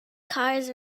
cars